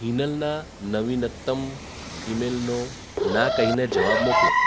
હિનલના નવીનતમ ઇમેલનો ના કહીને જવાબ મોકલો